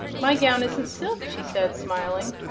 my gown isn't silk, she said, smiling.